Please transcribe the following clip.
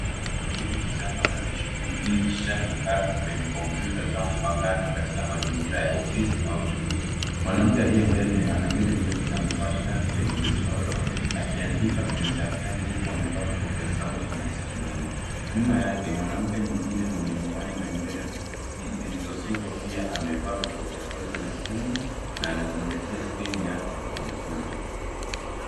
Wanawake wawili vijana wanajishughulisha na kazi kwenye kompyuta zao mpakato katika mazingira ya ofisi au chuo. Mwanamke aliye mbele ana nywele ndefu na amevaa shati lenye michoro akiandika kwenye daftari huku wamevaa vipokea sauti masikioni. Nyuma yake mwanamke mwingine mwenye miwani na nywele zilizosukwa pia amevaa vipokea sauti masikioni na anazingatia skrini yake ya kompyuta.